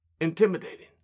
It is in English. intimidating